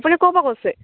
আপুনি ক'ৰ পৰা কৈছে